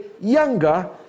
younger